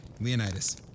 leonidas